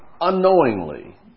unknowingly